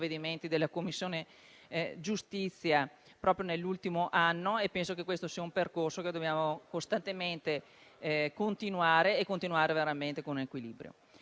della Commissione giustizia proprio nell'ultimo anno e penso che questo sia un percorso che dobbiamo costantemente continuare con equilibrio.